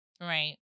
right